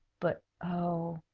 but, oh!